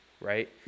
Right